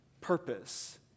purpose